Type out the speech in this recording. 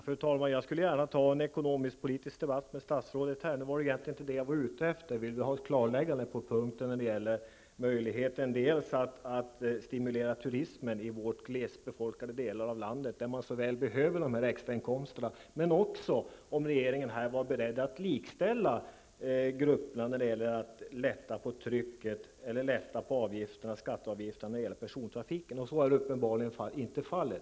Fru talman! Jag skulle gärna vilja föra en ekonomisk-politisk debatt med statsrådet. Men det var egentligen inte det jag var ute efter. Jag vill ha ett klarläggande när det gäller dels möjligheten att stimulera turismen i de glest befolkade delarna av landet, där dessa extrainkomster så väl behövs, dels om regeringen är beredd att likställa grupperna när det gäller att lätta skatteavgifterna på biltrafiken. Så är uppenbarligen inte fallet.